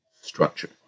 structure